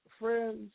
friends